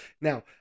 Now